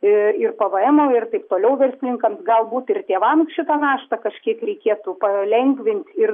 ir ir pvmo ir taip toliau verslininkams galbūt ir tėvam šitą naštą kažkiek reikėtų palengvint ir